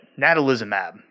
natalizumab